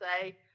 say